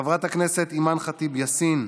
חברת הכנסת אימאן ח'טיב יאסין,